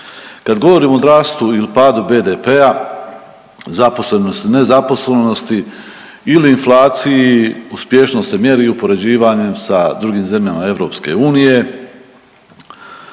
Kad govorimo o rastu ili padu BDP, zaposlenosti i nezaposlenosti ili inflaciji uspješnost se mjeri upoređivanjem sa drugim zemljama EU